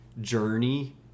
journey